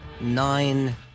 nine